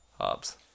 Hobbs